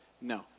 No